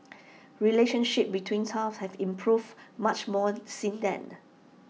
relationship between us have improved much more since then